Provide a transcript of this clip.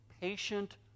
patient